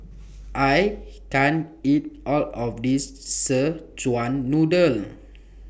I can't eat All of This Szechuan Noodle